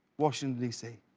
washington, d c.